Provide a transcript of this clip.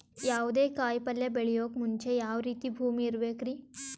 ಯಾವುದೇ ಕಾಯಿ ಪಲ್ಯ ಬೆಳೆಯೋಕ್ ಮುಂಚೆ ಯಾವ ರೀತಿ ಭೂಮಿ ಇರಬೇಕ್ರಿ?